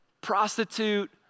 prostitute